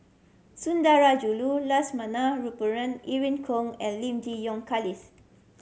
Sundarajulu Lakshmana Perumal Irene Khong and Lim Yi Yong Charles